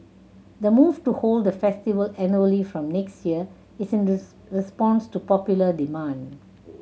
the move to hold the festival annually from next year is in response to popular demand